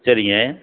சரிங்க